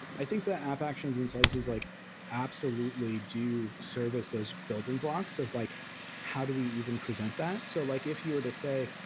i think that app actions and slices like absolutely do service those building blocks of like how do we even present that. so like if you were to say,